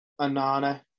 Anana